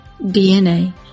DNA